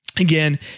Again